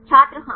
छात्र हाँ